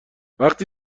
وقتی